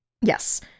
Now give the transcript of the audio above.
Yes